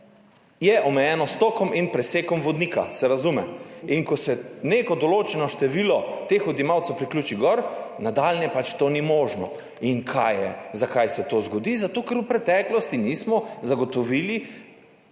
je omejeno s tokom in presekom vodnika, se razume, in ko se neko določeno število teh odjemalcev gor priključi, nadalje pač ni možno. Zakaj se to zgodi? Zato, ker v preteklosti nismo zagotovili